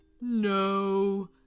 No